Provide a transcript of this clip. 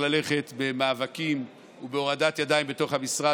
ללכת במאבקים ובהורדת ידיים בתוך המשרד.